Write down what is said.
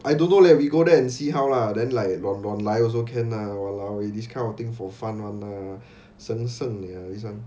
I don't know leh we go there and see how lah then like 乱乱来 also can lah !walao! eh this kind of thing for fun [one] ah